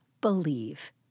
believe